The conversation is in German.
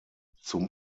zum